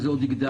וזה עוד יגדל,